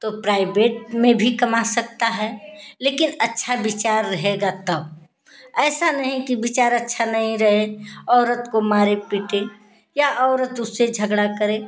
तो प्राइवेट में भी कमा सकता है लेकिन अच्छा विचार रहेगा तब ऐसा नहीं कि विचार अच्छा नहीं रहे औरत को मारे पीटे या औरत उससे झगड़ा करे